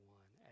one